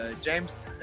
james